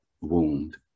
wound